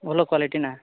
ଭଲ କ୍ଵାଲିଟି ନା